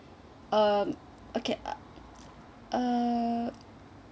um okay uh